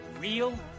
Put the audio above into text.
real